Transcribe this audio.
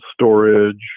storage